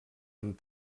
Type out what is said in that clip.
amb